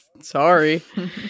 sorry